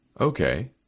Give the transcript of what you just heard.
Okay